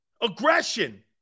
Aggression